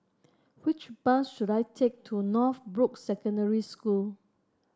which bus should I take to Northbrooks Secondary School